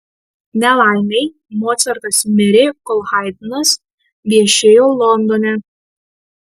nelaimei mocartas mirė kol haidnas viešėjo londone